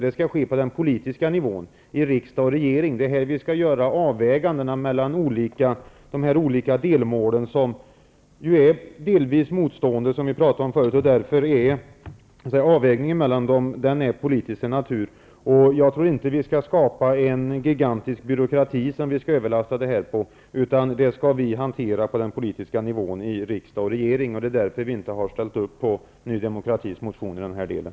Den skall ske på den politiska nivån i riksdag och regering. Det är här vi skall göra avvägningar mellan de olika delmål som delvis är motstående, vilket vi pratade om tidigare. Avvägningen mellan dem är därför politisk till sin natur. Jag tror inte att vi skall skapa en gigantisk byråkrati som vi kan överlasta det här på. Det skall vi hantera på den politiska nivån i riksdag och regering. Därför har vi inte ställt upp på Ny demokratis motion i den här delen.